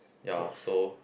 ya so